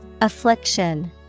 Affliction